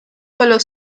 son